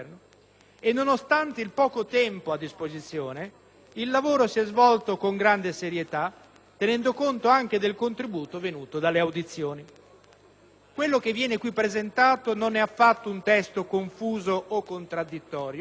e, nonostante il poco tempo a disposizione, il lavoro si è svolto con grande serietà, tenendo conto anche del contributo venuto dalle audizioni. Quello che viene qui presentato non è affatto un testo confuso o contraddittorio,